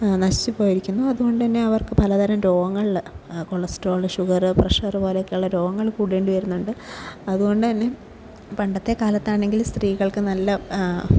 നശിച്ചു പോയിരിക്കുന്നു അതുകൊണ്ടുതന്നെ അവർക്ക് പലതരം രോഗങ്ങളിൽ കൊളസ്ട്രോൾ ഷുഗർ പ്രഷർ പോലെയൊക്കെയുള്ള രോഗങ്ങൾ കൂടിക്കൂടി വരുന്നുണ്ട് അതുകൊണ്ടുതന്നെ പണ്ടത്തെക്കാലത്താണെങ്കിൽ സ്ത്രീകൾക്ക് നല്ല